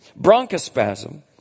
bronchospasm